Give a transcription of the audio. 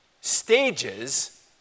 stages